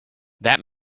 that